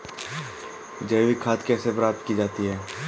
जैविक खाद कैसे प्राप्त की जाती है?